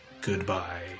goodbye